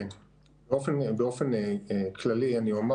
באופן כללי אני אומר